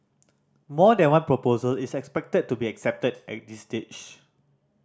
more than one proposal is expected to be accepted at this stage